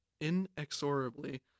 inexorably